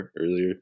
earlier